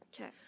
Okay